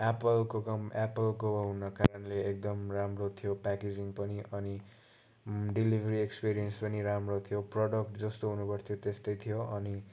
एप्पलको कम् एप्पलको हुन कारणले एकदम राम्रो थियो प्याकेजिङ पनि अनि डेलिभरी एक्सपिरियन्स पनि राम्रो थियो प्रोडक्ट जस्तो हुनुपर्थ्यो त्यस्तै थियो अनि